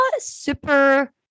super